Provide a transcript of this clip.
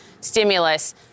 stimulus